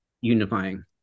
unifying